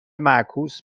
معکوس